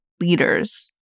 leaders